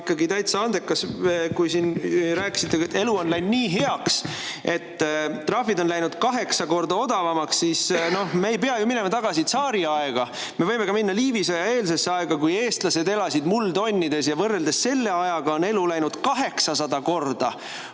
ikkagi täitsa andekad. Te rääkisite, et elu on läinud nii heaks, et trahvid on läinud kaheksa korda odavamaks. Me ei pea ju minema tagasi tsaariaega, me võime minna ka Liivi sõja eelsesse aega, kui eestlased elasid muldonnides. Võrreldes selle ajaga on elu läinud 800 korda